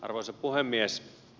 arvoisa puhemies